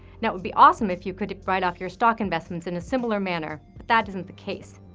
and it would be awesome if you could write off your stock investments in a similar manner. that isn't the case.